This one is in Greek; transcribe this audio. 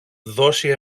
δώσει